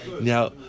Now